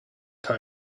time